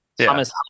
Thomas